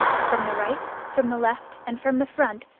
from the right, from the left, and from the front,